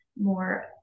more